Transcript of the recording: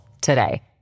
today